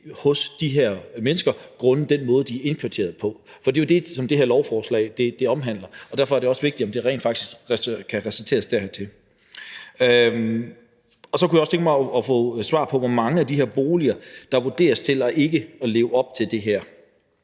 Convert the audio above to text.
hos de her mennesker grundet den måde, som de er indkvarteret på? For det er jo det, som det her lovforslag omhandler, og derfor er det også vigtigt, om det rent faktisk kan relateres dertil. Jeg kunne også tænke mig at få svar på, hvor mange af de her boliger der vurderes til ikke at leve op til det her.